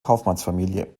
kaufmannsfamilie